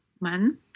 man